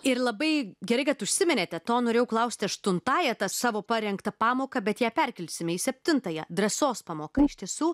ir labai gerai kad užsiminėte to norėjau klausti aštuntąja ta savo parengta pamoka bet ją perkelsime į septintąją drąsos pamoka iš tiesų